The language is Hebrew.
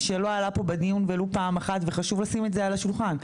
שלא עלה פה בדיון ולו פעם אחת וחשוב לשים את זה על השולחן.